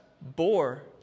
bore